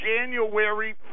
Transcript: January